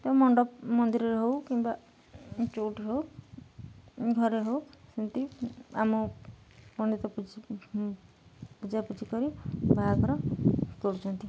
ତ ମଣ୍ଡପ ମନ୍ଦିରରେ ହଉ କିମ୍ବା ଯେଉଁଠି ହଉ ଘରେ ହଉ ସେମିତି ଆମ ପଣ୍ଡିତ ପୂଜି ପୂଜାପୂଜି କରି ବାହାଘର କରୁଛନ୍ତି